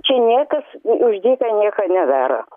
čia niekas už dyką nieko nedaro